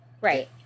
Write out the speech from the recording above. Right